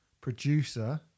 producer